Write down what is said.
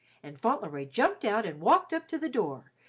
and fauntleroy jumped out and walked up to the door,